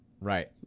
Right